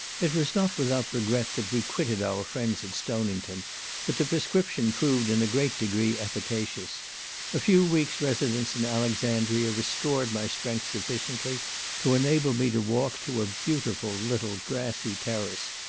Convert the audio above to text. it was not without regret that we quitted our friends at stonington but the prescription proved in a great degree efficacious a few weeks' residence in alexandria restored my strength sufficiently to enable me to walk to a beautiful little grassy terrace,